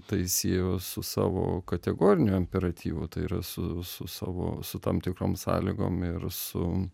tai siejo su savo kategoriniu imperatyvu tai yra su su savo su tam tikrom sąlygom ir su